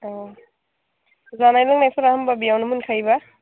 औ जानाय लोंनायफोरा होनबा बेयावनो मोनखायो बा